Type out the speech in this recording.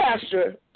pastor